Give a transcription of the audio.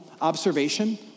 observation